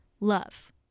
Love